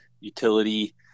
utility